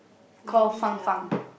Lee Yang